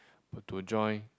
but to join